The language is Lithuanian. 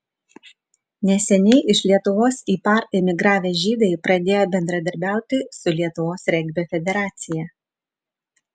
neseniai iš lietuvos į par emigravę žydai pradėjo bendradarbiauti su lietuvos regbio federacija